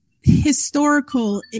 historical